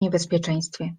niebezpieczeństwie